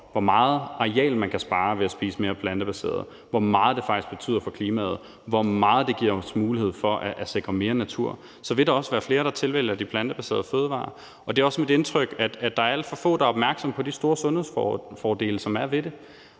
hvor meget areal man kan spare ved at spise mere plantebaseret, hvor meget det faktisk betyder for klimaet, og hvor meget det giver os mulighed for at sikre mere natur, så vil der også være flere, der tilvælger de plantebaserede fødevarer. Det er også mit indtryk, at der er alt for få, der er opmærksomme på de store sundhedsfordele, som der er ved det.